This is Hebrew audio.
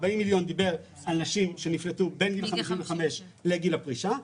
ה-40 מיליון דיברו על נשים שנפלטו בין גיל 55 לגיל הפרישה,